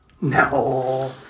No